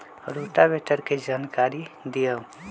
Rotavator के जानकारी दिआउ?